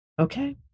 Okay